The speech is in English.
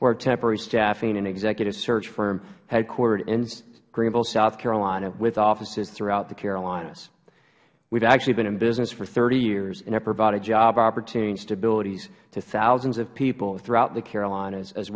a temporary staffing and executive search firm headquartered in greenville south carolina with offices throughout the carolinas we have actually been in business or thirty years and have provided job opportunities and stability to thousands of people throughout the carolinas as